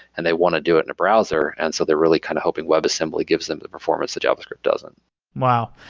and they want to do it in a browser, and so they're really kind of hoping webassembly gives them the performance that javascript doesn't wow.